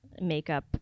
makeup